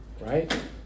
right